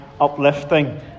uplifting